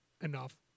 enough